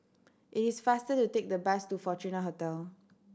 it is faster to take the bus to Fortuna Hotel